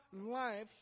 life